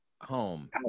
home